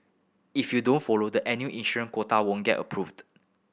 if you don't follow the annual issuance quota won't get approved